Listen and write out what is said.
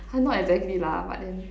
!huh! not exactly lah but then